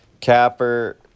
Capper